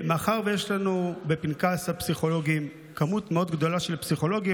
מאחר שיש לנו בפנקס הפסיכולוגים מספר מאוד גדול של פסיכולוגים,